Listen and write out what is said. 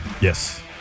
Yes